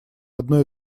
одной